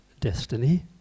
destiny